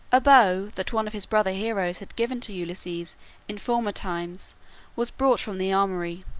a bow that one of his brother heroes had given to ulysses in former times was brought from the armory,